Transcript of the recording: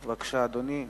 בבקשה, אדוני השר.